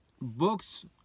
books